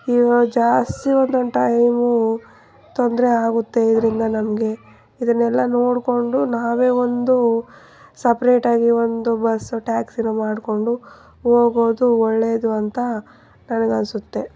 ಇವಾಗ ಜಾಸ್ತಿ ಒಂದೊಂದು ಟೈಮು ತೊಂದರೆ ಆಗುತ್ತೆ ಇದರಿಂದ ನಮಗೆ ಇದನ್ನೆಲ್ಲ ನೋಡಿಕೊಂಡು ನಾವೇ ಒಂದು ಸಪ್ರೇಟಾಗಿ ಒಂದು ಬಸ್ಸೋ ಟ್ಯಾಕ್ಸಿನೋ ಮಾಡಿಕೊಂಡು ಹೋಗೋದು ಒಳ್ಳೆಯದು ಅಂತ ನನಗೆ ಅನ್ನಿಸುತ್ತೆ